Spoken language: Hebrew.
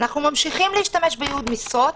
שאנחנו ממשיכים להשתמש בייעוד משרות,